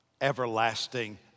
everlasting